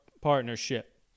partnership